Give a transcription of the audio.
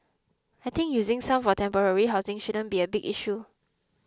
I think using some for temporary housing shouldn't be a big issue